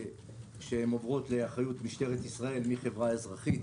שעוברות לאחריות משטרת ישראל מחברה אזרחית